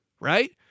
right